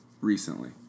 recently